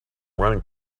running